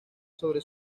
sobre